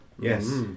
Yes